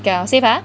okay liao save ah